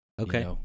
Okay